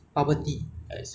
yes we are done